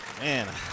man